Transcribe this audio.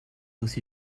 aussi